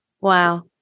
Wow